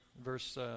verse